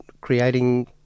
creating